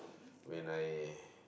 when I